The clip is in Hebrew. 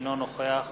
אינו נוכח